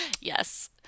Yes